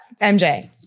MJ